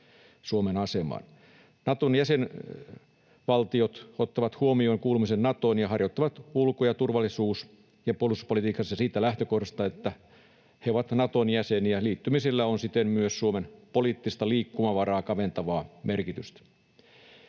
Suomen asemaan. Naton jäsenvaltiot ottavat huomioon kuulumisen Natoon ja harjoittavat ulko- ja turvallisuus- ja puolustuspolitiikkaa siitä lähtökohdasta, että ne ovat Naton jäseniä. Liittymisellä on siten myös Suomen poliittista liikkumavaraa kaventavaa merkitystä.